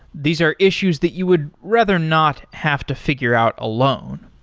these are issues that you would rather not have to figure out alone.